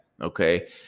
okay